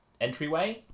entryway